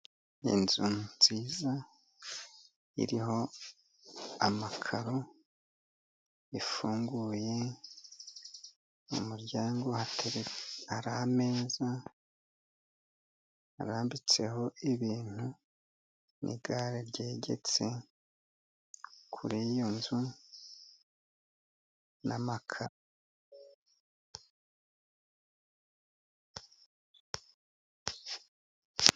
Inzu nziza iriho amakaro ifunguye, mu muryango hateretse hari ameza arambitseho ibintu, n'igare ryegetse kuri iyo nzu n'amakara.